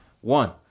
One